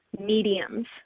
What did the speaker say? mediums